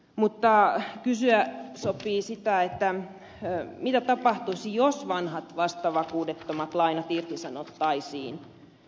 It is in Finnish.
mutta kysyä sopii mitä tapahtuisi jos vanhat vastavakuudettomat lainat irtisanottaisiin